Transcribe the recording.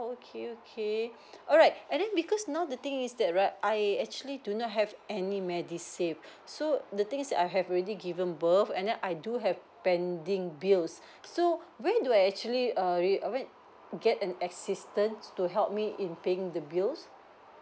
okay okay alright and then because now the thing is that right I actually do not have any medisave so the thing is I have already given birth and then I do have pending bills so where do I actually err re~ err where get an assistance to help me in paying the bills